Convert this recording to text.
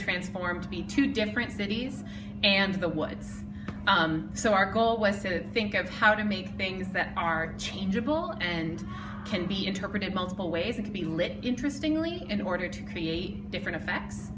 transform to be two different cities and the woods so our goal was to think of how to make things that are changeable and can be interpreted multiple ways and to be lit interesting in order to create different effects